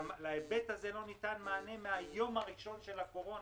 להיבט הזה לא ניתן מענה מן היום הראשון של הקורונה.